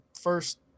first